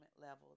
level